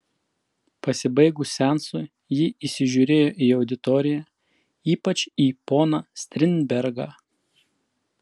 pasibaigus seansui ji įsižiūrėjo į auditoriją ypač į poną strindbergą